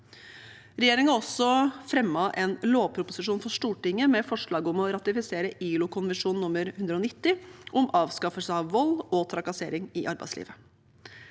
Regjeringen har også fremmet en lovproposisjon for Stortinget med forslag om å ratifisere ILO-konvensjon nr. 190 om avskaffelse av vold og trakassering i arbeidslivet.